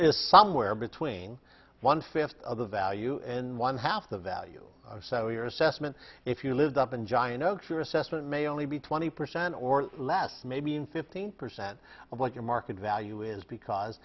is somewhere between one fifth of the value and one half the value so your assessment if you lived up in giant oaks your assessment may only be twenty percent or less maybe in fifteen percent of what your market value is because